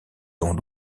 dont